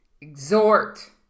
exhort